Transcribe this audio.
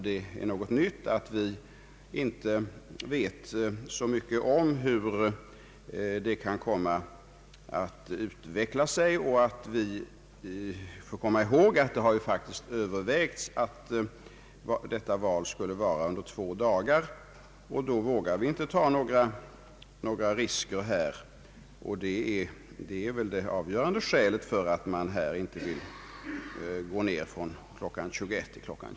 Det är något nytt och vi vet inte så mycket om hur det kan komma att utvecklas. Vi får hålla i minnet att det faktiskt har övervägts att valet skulle ske under två dagar. I den situationen vågar vi inte ta några risker. Det är det avgörande skälet för att inte stänga vallokalen tidigare än kl. 21.